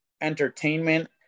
entertainment